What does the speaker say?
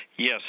Yes